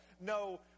no